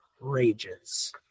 rages